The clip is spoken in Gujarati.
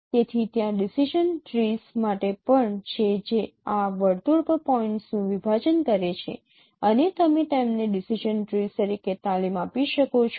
તેથી ત્યાં ડિસિજન ટ્રીસ માટે પણ છે જે આ વર્તુળ પર પોઇન્ટ્સનું વિભાજન કરે છે અને તમે તેમને ડિસિજન ટ્રીસ તરીકે તાલીમ આપી શકો છો